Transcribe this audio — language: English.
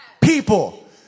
people